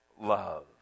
Love